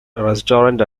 restaurant